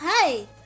Hey